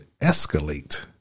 escalate